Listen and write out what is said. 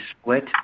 split